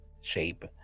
shape